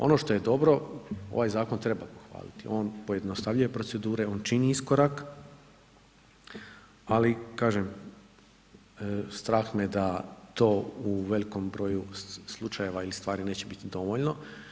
Ono što je dobro, ovaj zakon treba pohvaliti, on pojednostavljuje procedure, on čini iskorak ali kažem strah me da to u velikom broju slučajeva ili stvar neće biti dovoljno.